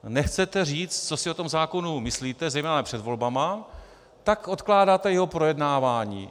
Nechcete říct, co si o tom zákonu myslíte, zejména před volbami, tak odkládáte jeho projednávání.